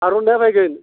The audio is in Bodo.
आर'नाइया फैगोन